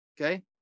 okay